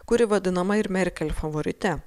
kuri vadinama ir merkel favorite